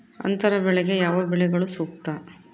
ಅಂತರ ಬೆಳೆಗೆ ಯಾವ ಬೆಳೆಗಳು ಸೂಕ್ತ?